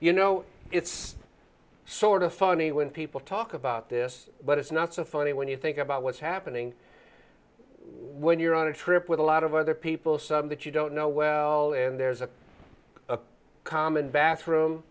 you know it's sort of funny when people talk about this but it's not so funny when you think about what's happening when you're on a trip with a lot of other people some that you don't know well and there's a common bathroom